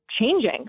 changing